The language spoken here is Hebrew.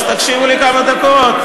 אז תקשיבו לי כמה דקות.